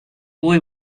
boy